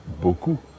beaucoup